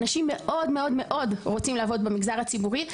אנשים מאוד-מאוד רוצים לעבוד במגזר הציבורי,